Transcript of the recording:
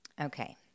Okay